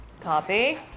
Copy